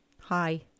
Hi